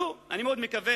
נו, אני מאוד מקווה.